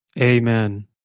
Amen